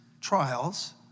trials